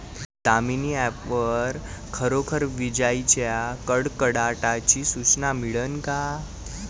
Damini app वर खरोखर विजाइच्या कडकडाटाची सूचना मिळन का?